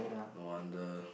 no wonder